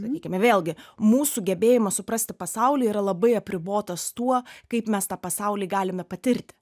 sakykime vėlgi mūsų gebėjimas suprasti pasaulį yra labai apribotas tuo kaip mes tą pasaulį galime patirti